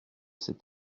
ces